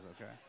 okay